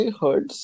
heard